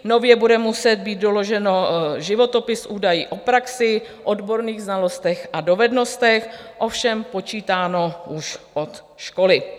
Nově bude muset být doložen životopis s údaji o praxi, odborných znalostech a dovednostech, ovšem počítáno už od školy.